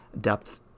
depth